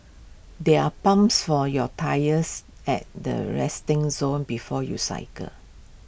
there are pumps for your tyres at the resting zone before you cycle